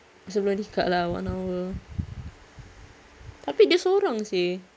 sebelum nikah lah one hour tapi dia sorang seh